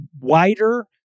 wider